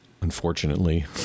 unfortunately